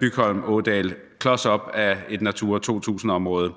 Bygholm Ådal – klods op ad et Natura 2000-område.